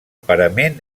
parament